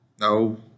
No